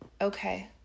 Okay